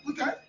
Okay